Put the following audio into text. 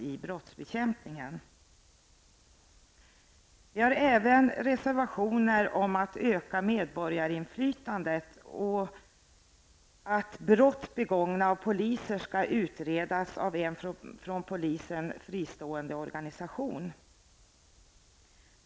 Vi har även fogat reservationer till betänkandet om ett ökat medborgarinflytande. Vi anser att brott begångna av poliser skall utredas av en från polisen fristående organisation.